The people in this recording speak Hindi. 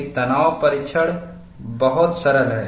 एक तनाव परीक्षण बहुत सरल है